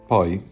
Poi